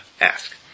ask